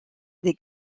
des